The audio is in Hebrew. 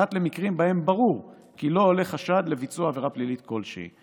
פרט למקרים שבהם ברור כי לא עולה חשד לביצוע עבירה פלילית כלשהי.